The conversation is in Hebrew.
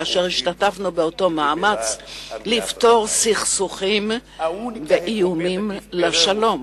כאשר השתתפנו במאמץ לפתור סכסוכים ואיומים על השלום.